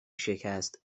شکست